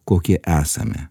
kokie esame